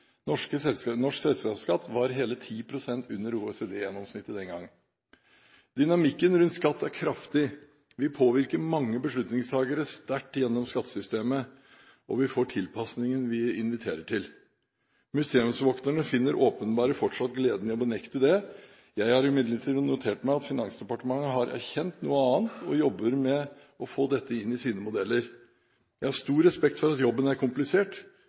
Norsk selskapsskatt var hele 10 pst. under OECD-gjennomsnittet den gang. Dynamikken rundt skatt er kraftig. Vi påvirker mange beslutningstakere sterkt gjennom skattesystemet, og vi får tilpasningen vi inviterer til. Museumsvokterne finner åpenbart fortsatt glede i å benekte det. Jeg har imidlertid notert meg at Finansdepartementet har erkjent noe annet, og jobber med å få dette inn i sine modeller. Jeg har stor respekt for at jobben er komplisert,